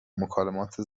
مکالمات